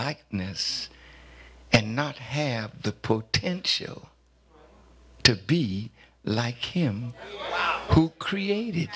likeness and not have the potential to be like him who created